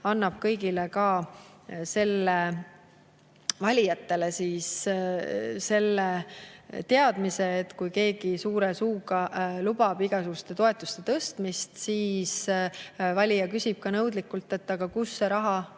annab kõigile valijatele selle teadmise, et kui keegi suure suuga lubab igasuguste toetuste tõstmist, siis valija küsib ka nõudlikult: "Aga kust see raha